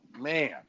man